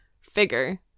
figure